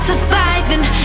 Surviving